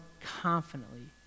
confidently